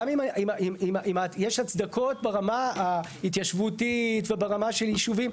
גם אם יש הצדקות ברמה ההתיישבותית וברמה של ישובים.